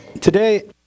Today